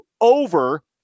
over